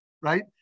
right